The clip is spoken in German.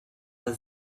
der